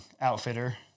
outfitter